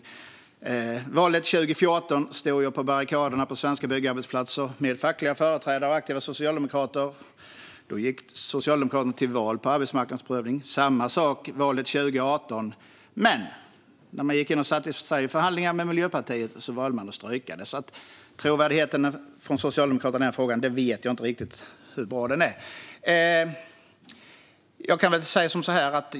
Inför valet 2014 stod jag på barrikaderna på svenska byggarbetsplatser med fackliga företrädare och aktiva socialdemokrater. Då gick Socialdemokraterna till val på arbetsmarknadsprövning. Samma sak gjorde man inför valet 2018. Men när man gick in och satte sig i förhandlingar med Miljöpartiet valde man att stryka det. Jag vet därför inte riktigt hur stor Socialdemokraternas trovärdighet är i den här frågan.